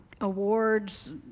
awards